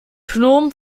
phnom